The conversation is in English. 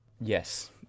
yes